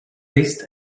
list